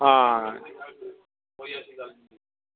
आं